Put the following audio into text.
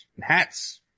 hats